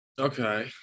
Okay